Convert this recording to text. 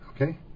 okay